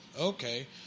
Okay